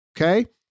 okay